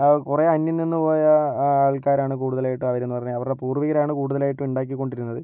ആ കുറെ അന്യം നിന്നുപോയ ആൾക്കാരാണ് കൂടുതലായിട്ടും അവരെന്ന് പറഞ്ഞാൽ അവരുടെ പൂർവികരാണ് കൂടുതലായിട്ടും ഉണ്ടാക്കിക്കൊണ്ടിരുന്നത്